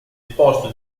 posto